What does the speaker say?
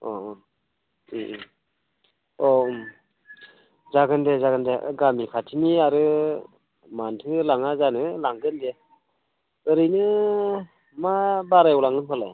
अ अ अ जागोन दे जागोन दे गामि खाथिनि आरो मानोथो लाङा जानो लांगोन दे ओरैनो मा बारायाव लांगोनफालाय